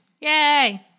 Yay